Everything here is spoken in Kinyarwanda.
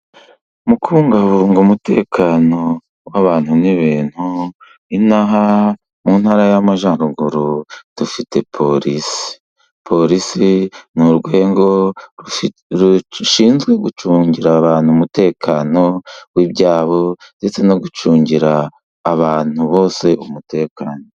Mu kubungabunga umutekano w'abantu n'ibintu, ino aha mu ntara y'Amajyaruguru dufite polisi. Polisi ni urwego rushinzwe gucungira abantu umutekano w'ibyabo, ndetse no gucungira abantu bose umutekano.